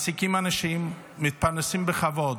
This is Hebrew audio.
מעסיקים אנשים, מתפרנסים בכבוד,